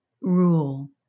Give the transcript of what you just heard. rule